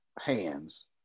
hands